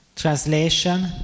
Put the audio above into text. Translation